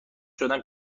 شدم